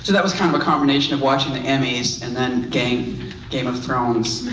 that was kind of a combination of watching the emmys and then game game of thrones.